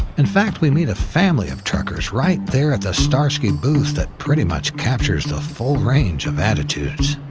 in fact, we meet a family of truckers right there at the starsky booth that pretty much captures the full range of attitudes.